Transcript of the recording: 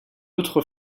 autre